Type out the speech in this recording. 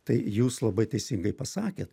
tai jūs labai teisingai pasakėt